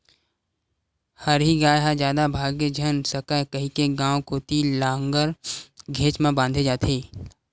हरही गाय ह जादा भागे झन सकय कहिके गाँव कोती लांहगर घेंच म बांधे जाथे